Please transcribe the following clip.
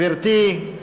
גברתי,